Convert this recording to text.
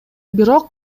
бирок